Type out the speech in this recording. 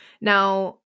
now